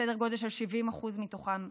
סדר גודל של 70% מתוכם נשים,